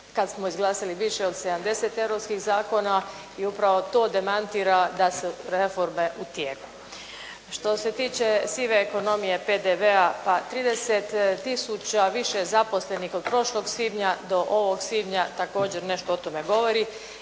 kada smo izglasali više od 70 europskih zakona i upravo to demantira da su reforme u tijeku. Što se tiče sive ekonomije PDV-a pa 30 tisuća više zaposlenih od prošlog svibnja do ovog svibnja također nešto o ovome govori.